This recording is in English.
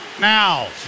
now